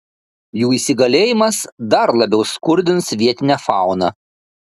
jų įsigalėjimas dar labiau skurdins vietinę fauną